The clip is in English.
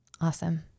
Awesome